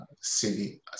city